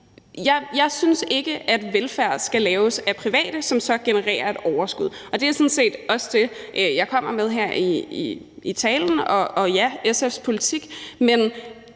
Jeg synes ikke, at velfærd skal laves af private, som så genererer et overskud, og det er sådan set også det, jeg kommer med her i talen, og ja, det er SF's politik.